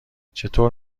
چطور